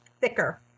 thicker